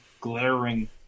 glaring